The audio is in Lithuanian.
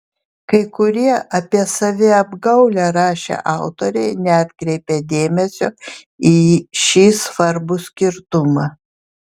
kai kurie apie saviapgaulę rašę autoriai neatkreipė dėmesio į šį svarbų skirtumą